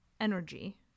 energy